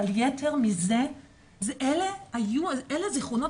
אבל יתר מזה זה שאלו היו הזיכרונות